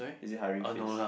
is it hurry face